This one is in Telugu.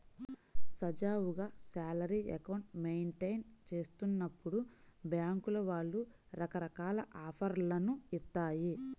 సజావుగా శాలరీ అకౌంట్ మెయింటెయిన్ చేస్తున్నప్పుడు బ్యేంకుల వాళ్ళు రకరకాల ఆఫర్లను ఇత్తాయి